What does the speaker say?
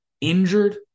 injured